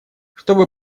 чтобы